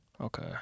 Okay